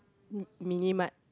Minimart